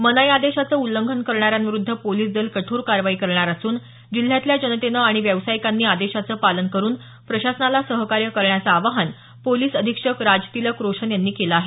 मनाई आदेशाचे उल्लंघन करणाऱ्यांविरुद्ध पोलीस दल कठोर कारवाई करणार असून जिल्ह्यातल्या जनतेनं आणि व्यावसायिकांनी आदेशाचं पालन करून प्रशासनाला सहकार्य करण्याचं आवाहन पोलीस अधीक्षक राज तिलक रोशन यांनी केलं आहे